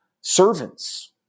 servants